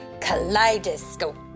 kaleidoscope